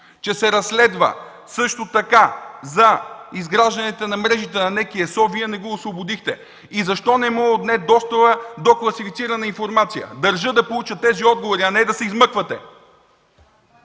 че се разследва също така за изграждането на мрежите на НЕК и ЕСО, Вие не го освободихте? Защо не му е отнет достъпът до класифицирана информация? Държа да получа тези отговори, а не да се измъквате.